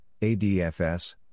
ADFS